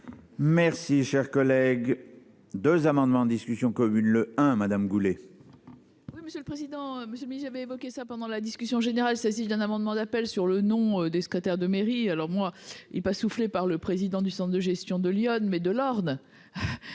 Merci cher collègue. 2 amendements en discussion commune le hein Madame Goulet. Oui, monsieur le président, Monsieur mais j'avais évoqué ça pendant la discussion générale, saisie d'un amendement d'appel sur le nom des secrétaires de mairie. Alors moi il va souffler par le président du Centre de gestion de l'iode mais de l'ordre.